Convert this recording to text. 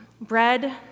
Bread